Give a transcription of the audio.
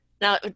now